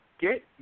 Get